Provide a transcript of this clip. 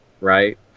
right